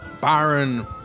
Baron